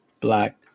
black